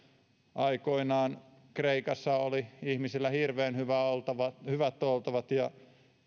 aikoinaan kreikassa oli ihmisillä hirveän hyvät oltavat ja